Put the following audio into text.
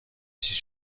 چیز